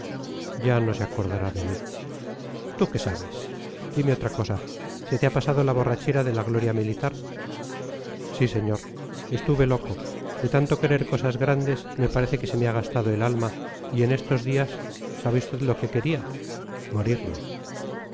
ya no se acordará de mí tú qué sabes dime otra cosa se te ha pasado la borrachera de la gloria militar sí señor estuve loco de tanto querer cosas grandes parece que se me ha gastado el alma y en estos días sabe usted lo que quería morirme